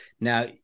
Now